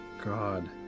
god